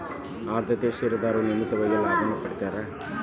ಆದ್ಯತೆಯ ಷೇರದಾರರು ನಿಯಮಿತವಾಗಿ ಲಾಭಾನ ಪಡೇತಿರ್ತ್ತಾರಾ